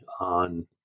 on